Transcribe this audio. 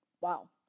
wow